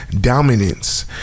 dominance